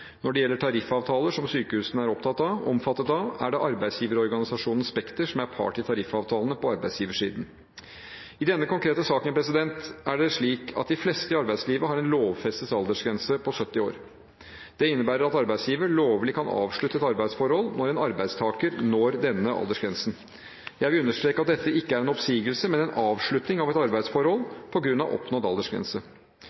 Når det gjelder tariffavtaler som sykehusene er omfattet av, er det arbeidsgiverorganisasjonen Spekter som er part i tariffavtalene på arbeidsgiversiden. I denne konkrete saken er det slik at de fleste i arbeidslivet har en lovfestet aldersgrense på 70 år. Det innebærer at arbeidsgiver lovlig kan avslutte et arbeidsforhold når en arbeidstaker når denne aldersgrensen. Jeg vil understreke at dette ikke er en oppsigelse, men en avslutning av et arbeidsforhold